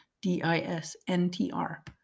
D-I-S-N-T-R